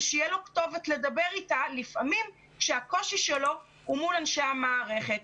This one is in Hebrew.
שתהיה לו כתובת לדבר אתה לפעמים כאשר הקושי שלו הוא מול אנשי המערכת.